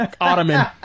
ottoman